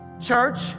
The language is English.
Church